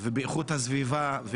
באיכות הסביבה,